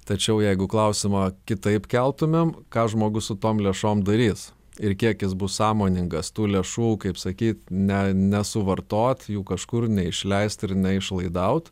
tačiau jeigu klausimą kitaip keltumėm ką žmogus su tom lėšom darys ir kiek jis bus sąmoningas tų lėšų kaip sakyt ne nesuvartot jų kažkur neišleist ir neišlaidaut